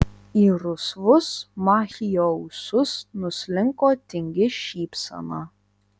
į rusvus machio ūsus nuslinko tingi šypsena